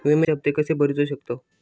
विम्याचे हप्ते कसे भरूचो शकतो?